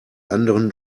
anderen